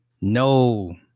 no